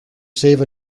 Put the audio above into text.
save